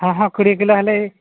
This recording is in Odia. ହଁ ହଁ କୋଡ଼ିଏ କିଲୋ ହେଲେ